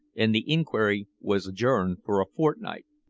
and the inquiry was adjourned for a fortnight.